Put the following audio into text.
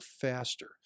faster